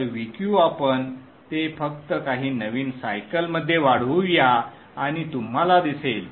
तर Vq आपण ते फक्त काही नवीन सायकल मध्ये वाढवू या आणि तुम्हाला दिसेल